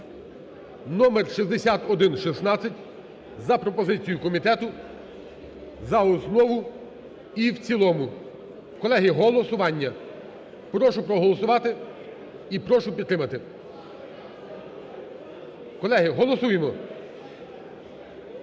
(номер 6116) за пропозицією комітету за основу і в цілому. Колеги, голосування. Прошу проголосувати і прошу підтримати. Колеги, голосуємо.